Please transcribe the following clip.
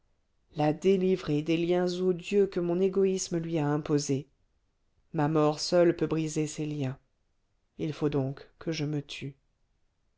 la délivrer des liens odieux que mon égoïsme lui a imposés ma mort seule peut briser ces liens il faut donc que je me tue